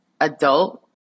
adult